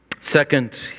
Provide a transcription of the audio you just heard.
Second